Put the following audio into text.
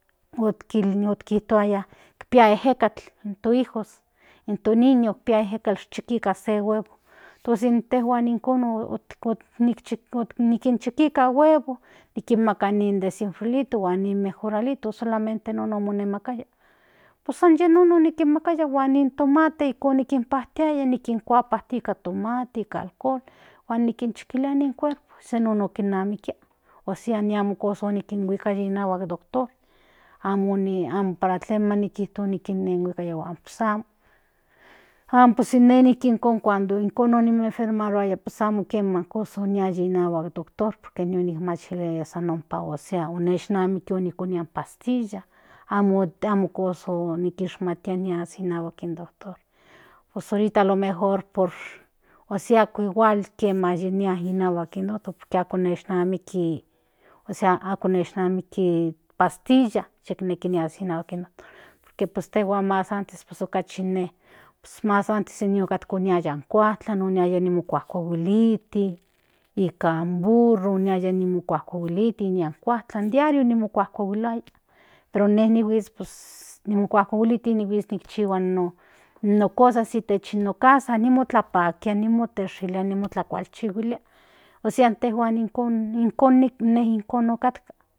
Otkiliayaa pia ejekatl in to niño pia ejekatl chiki nika se huevo tos intejuan ijkon oknikinki nika huevo nikinmaka ni disienfriolito huan ni mejoralito solamente non onemakaya pues san yinon nikinmakaya huan in tomate ijkon okinpajtiaya onikpaka nikan tomate nika alcoholnon kinamikia ósea amo kosa okinhuikaya nika in doctor para klen nikijto nikihuikaya pues amo pues ine nikinpia nijki ijkon cuando ijkon no mo enfermaruaya pues amo kiema kosa oyaya nikan doctor por que ine machiliaya san ompa neshnamiki onikoniaya in pastilla amo kosa onikishmatiaya inhuak in doctor pues ahori alo mejor ósea ako igual kiema yinia inahuak in doctor por que neshnamiki ósea ako neshnamiki in pastilla yik nia inahuak in doctor por que tos tejuan mas antes okachi pues mas antes ine yiaya in kujtlan niaya ni kuajkuahuiliti nika in burro oyaya ni kuajkuahualiti nia kuaajtlan diario mo no kuajtlahueliaian pero ine nihuits nikuajkuahueliti nikinchihua no cosas itech no casa onitlapakia onimoteshilia motlakualchihuilia ósea intejuan ijkon ne okatka.